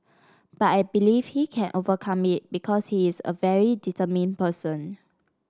but I believe he can overcome it because he is a very determined person